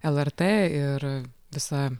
lrt ir visa